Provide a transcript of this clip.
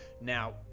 Now